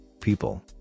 people